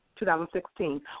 2016